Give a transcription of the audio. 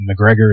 McGregor